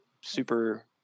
super